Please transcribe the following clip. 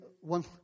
one